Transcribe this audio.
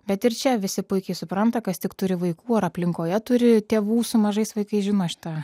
bet ir čia visi puikiai supranta kas tik turi vaikų ar aplinkoje turi tėvų su mažais vaikais žino šitą